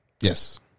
Yes